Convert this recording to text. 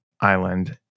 Island